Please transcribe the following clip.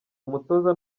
umutoza